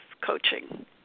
coaching